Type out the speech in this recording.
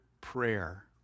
prayer